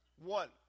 One